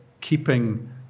keeping